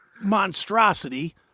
monstrosity